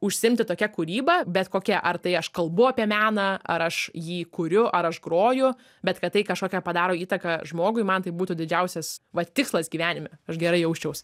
užsiimti tokia kūryba bet kokia ar tai aš kalbu apie meną ar aš jį kuriu ar aš groju bet kad tai kažkokią padaro įtaką žmogui man tai būtų didžiausias vat tikslas gyvenime aš gerai jausčiaus